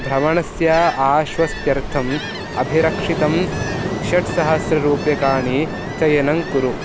भ्रमणस्य आश्वस्त्यर्थम् अभिरक्षितं षट्सहस्ररूप्यकाणि चयनं कुरु